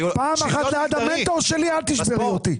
פעם אחת ליד המנטור שלי, אל תשברי אותי.